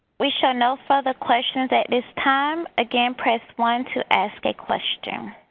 we show no further questions at this time. again press one to ask a question.